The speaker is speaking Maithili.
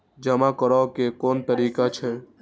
जमा करै के कोन तरीका छै?